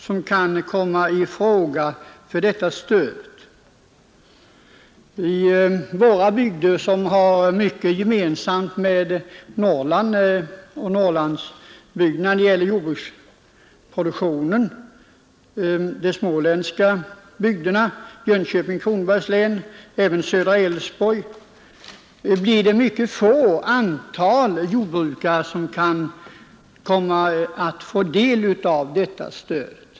I Jönköpings och Kronobergs län och i södra delen av Älvsborgs län, bygder som i fråga om jordbruksproduktionen har mycket gemensamt med Norrland, kan mycket få jordbrukare bli delaktiga av detta stöd.